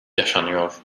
yaşanıyor